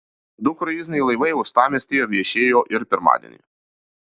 du kruiziniai laivai uostamiestyje viešėjo ir pirmadienį